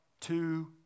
two